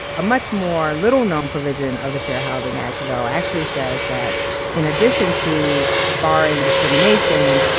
a much more little-known provision of the fair housing act though actually says that in addition to barring discrimination,